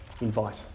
invite